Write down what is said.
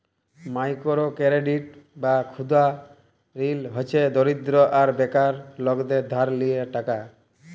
micro credit বা ক্ষুদা ঋল হছে দরিদ্র আর বেকার লকদের ধার লিয়া টাকা